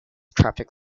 traffic